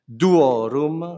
duorum